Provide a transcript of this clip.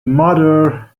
motor